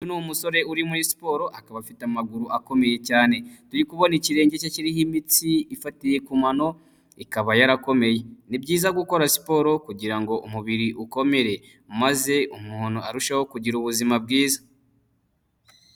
Uyu ni umusore uri muri siporo, akaba afite amaguru akomeye cyane. Turi kubona ikirenge cye kiriho imitsi ifatiye ku mano, ikaba yarakomeye. Ni byiza gukora siporo kugira ngo umubiri ukomere, maze umuntu arusheho kugira ubuzima bwiza.